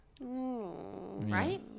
Right